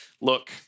look